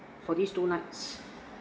for these two nights